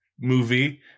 movie